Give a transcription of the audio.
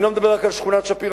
אני לא מדבר רק על שכונת שפירא,